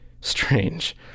Strange